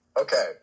okay